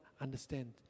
understand